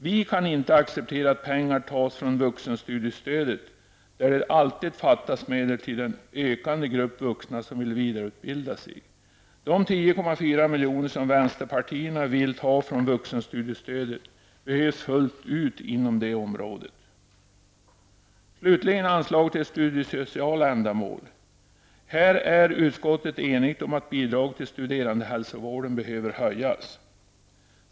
Vi kan inte acceptera att pengar tas från vuxenstudiestödet, där det alltid fattas medel till den ökande grupp vuxna som vill vidareutbilda sig. De 10,4 milj.kr. som vänsterpartierna vill ta från vuxenstudiestödet behövs fullt ut inom det området. Beträffande anslaget till studiesociala ändamål är utskottet enigt om att bidraget till studerandehälsovården behöver höjas.